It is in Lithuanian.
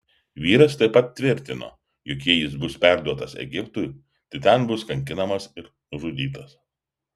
vyras taip pat tvirtino jog jei jis bus perduotas egiptui tai ten bus kankinamas ir nužudytas